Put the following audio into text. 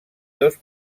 dos